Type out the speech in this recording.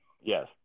Yes